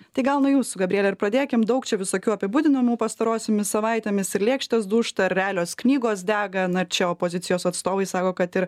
tai gal nuo jūsų gabriele ir pradėkim daug čia visokių apibūdinimų pastarosiomis savaitėmis ir lėkštės dūžta realios knygos dega na čia opozocijos atsovai sako kad ir